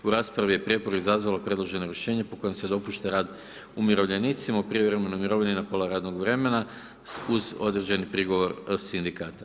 U raspravi je prijepor izazvalo predloženo rješenje po kojem se dopušta rad umirovljenicima u privremenoj mirovini na pola radnog vremena, ... određeni prigovor Sindikata.